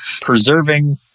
preserving